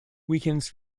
weekends